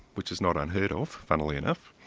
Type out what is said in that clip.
which is not unheard-of, funnily enough,